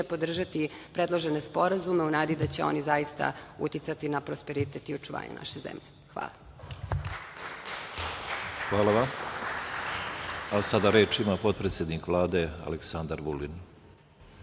podržati predložene sporazume u nadi da će oni zaista uticati na prosperitet i očuvanje naše zemlje. Hvala. **Jovan Janjić** Hvala vam. Sada reč ima potpredsednik Vlade, Aleksandar Vulin.